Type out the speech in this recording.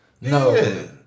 no